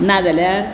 ना जाल्यार